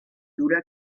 dura